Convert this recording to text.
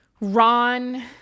Ron